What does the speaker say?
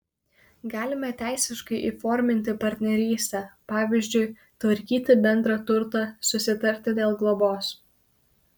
galime teisiškai įforminti partnerystę pavyzdžiui tvarkyti bendrą turtą susitarti dėl globos